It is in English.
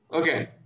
Okay